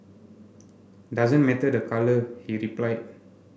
doesn't matter the colour he replied